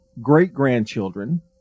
great-grandchildren